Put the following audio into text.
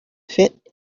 fit